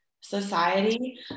society